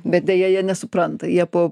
bet deja jie nesupranta jie po